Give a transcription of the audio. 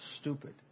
stupid